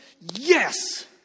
Yes